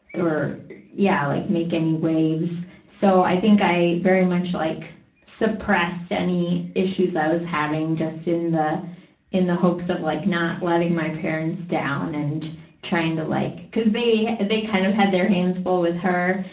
or yeah like make any waves. so, i think i very much like suppressed any issues i was having just in the in the hopes of like not letting my parents down and trying to like cuz they they kind of had their hands full with her,